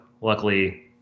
Luckily